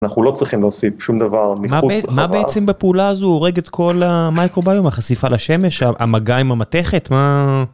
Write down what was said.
אנחנו לא צריכים להוסיף שום דבר מחוץ... מה בעצם בפעולה הזו הורגת כל המייקרוביום החשיפה לשמש המגע עם המתכת מה.